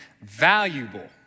valuable